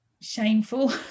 shameful